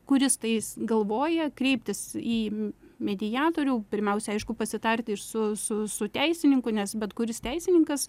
kuris tais galvoja kreiptis į mediatorių pirmiausia aišku pasitarti ir su su su teisininku nes bet kuris teisininkas